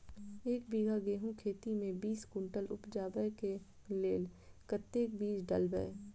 एक बीघा गेंहूँ खेती मे बीस कुनटल उपजाबै केँ लेल कतेक बीज डालबै?